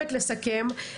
חייבת לסכם.